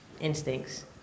instincts